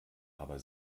aber